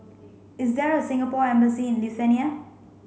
is there a Singapore embassy in Lithuania